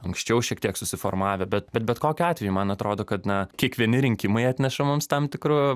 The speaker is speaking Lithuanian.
anksčiau šiek tiek susiformavę bet bet bet kokiu atveju man atrodo kad na kiekvieni rinkimai atneša mums tam tikru